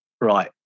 Right